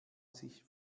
sich